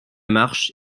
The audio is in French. marche